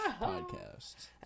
podcast